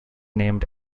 named